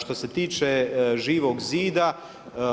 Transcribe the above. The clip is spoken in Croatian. Što se tiče Živog zida